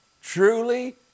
truly